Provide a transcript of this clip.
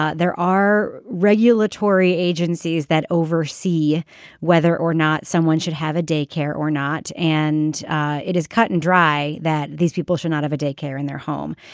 ah there are regulatory agencies that oversee whether or not someone should have a daycare or not. and it is cut and dry that these people should not have a daycare in their home.